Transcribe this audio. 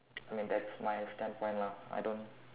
I mean that's my standpoint lah I don't